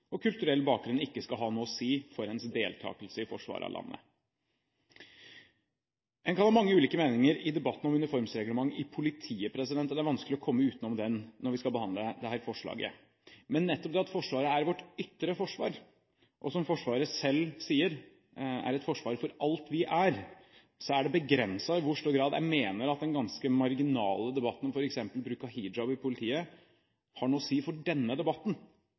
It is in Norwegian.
og kulturell bakgrunn ikke skal ha noe å si for ens deltakelse i forsvaret av landet, En kan ha mange ulike meninger i debatten om uniformsreglement i politiet, og det er vanskelig å komme utenom den når vi skal behandle dette forslaget. Men nettopp det at Forsvaret er vårt ytre forsvar – og som Forsvaret selv sier, er et forsvar for alt vi er – er det begrenset i hvor stor grad jeg mener at den ganske marginale debatten om f.eks. bruk av hijab i politiet har noe å si for denne debatten.